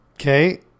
okay